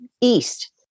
east